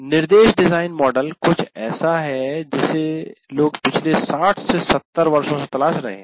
निर्देश design model कुछ ऐसा है जिसे लोग पिछले 60 70 वर्षों से तलाश रहे हैं